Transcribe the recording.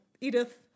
Edith